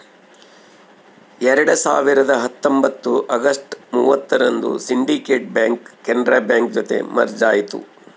ಎರಡ್ ಸಾವಿರದ ಹತ್ತೊಂಬತ್ತು ಅಗಸ್ಟ್ ಮೂವತ್ತರಂದು ಸಿಂಡಿಕೇಟ್ ಬ್ಯಾಂಕ್ ಕೆನರಾ ಬ್ಯಾಂಕ್ ಜೊತೆ ಮರ್ಜ್ ಆಯ್ತು